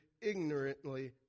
ignorantly